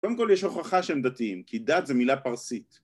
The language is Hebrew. קודם כל יש הוכחה שהם דתיים כי דת זה מילה פרסית